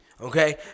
Okay